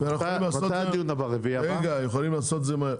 ואנחנו יכולים לעשות את זה מהר.